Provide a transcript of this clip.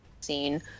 scene